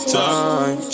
time